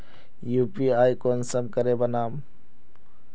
UPI कुंसम करे बनाम?